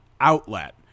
outlet